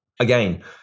Again